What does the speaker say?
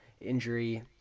injury